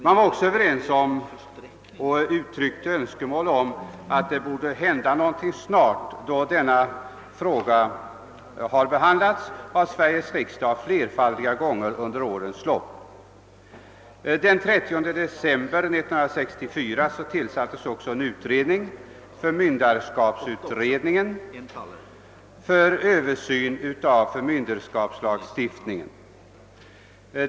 Man var också överens om och uttryckte önskemål om att det borde hända någonting snart, då denna fråga har behandlats av Sveriges riksdag flerfaldiga gånger under årens lopp. Den 30 december 1964 tillsattes en utredning, förmynderskapsutredningen, för översyn av förmynderskapslagstiftningen.